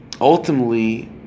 ultimately